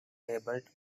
labeled